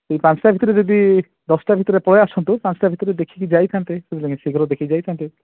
ସେଇ ପାଞ୍ଚ୍ ଟା ଭିତରେ ଯଦି ଦଶଟା ଭିତରେ ପଳେଇ ଆସନ୍ତୁ ପାଞ୍ଚ୍ଟା ଭିତରେ ଦେଖେଇକି ଯାଇଥାନ୍ତେ ବୁଝିଲେ ନା ଶୀଘ୍ର ଦେଖେଇ ଯାଇଥାନ୍ତେ